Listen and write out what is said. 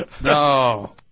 No